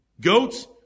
Goats